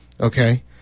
Okay